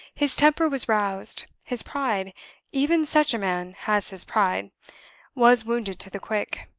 his temper was roused. his pride even such a man has his pride was wounded to the quick.